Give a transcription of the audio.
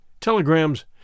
telegrams